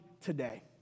today